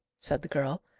said the girl,